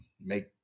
make